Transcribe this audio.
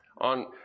on